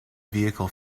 vehicle